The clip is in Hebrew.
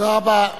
תודה רבה.